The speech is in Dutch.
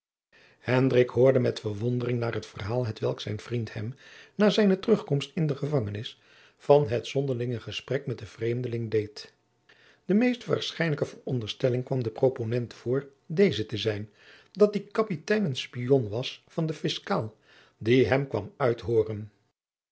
hoorde met verwondering naar het verhaal hetwelk zijn vriend hem na zijne terugkomst in de gevangenis van het zonderlinge gesprek met den vreemdeling deed de meest waarschijnlijke veronderstelling kwam den proponent voor deze te zijn dat die kapitein een spion was van den fiscaal die hem kwam